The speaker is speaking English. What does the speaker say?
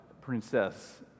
princess